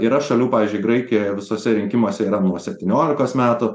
yra šalių pavyzdžiui graikijoje visuose rinkimuose yra nuo septyniolikos metų